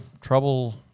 trouble